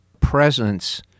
presence